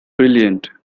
brilliant